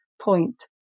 point